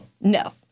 No